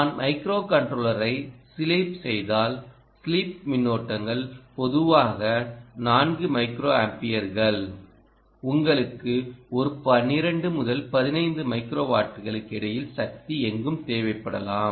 நாம் மைக்ரோகண்ட்ரோலரை ஸ்லீப் செய்தால் ஸ்லீப் மின்னோட்டங்கள் பொதுவாக 4 மைக்ரோ ஆம்பியர்கள் உங்களுக்கு ஒரு 12 முதல் 15 மைக்ரோ வாட்களுக்கு இடையில் சக்தி எங்கும் தேவைப்படலாம்